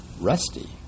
Rusty